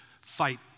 fight